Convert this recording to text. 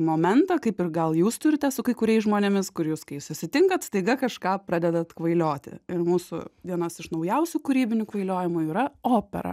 momentą kaip ir gal jūs turite su kai kuriais žmonėmis kur jūs kai susitinkat staiga kažką pradedat kvailioti mūsų vienas iš naujausių kūrybinių kvailiojimų yra opera